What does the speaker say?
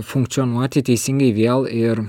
funkcionuoti teisingai vėl ir